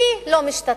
מי במדינה לא משתתף,